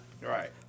Right